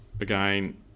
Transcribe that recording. again